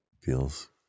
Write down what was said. feels